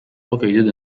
located